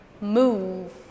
move